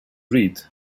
read